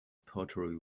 pottery